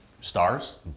stars